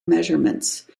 measurements